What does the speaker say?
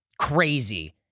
Crazy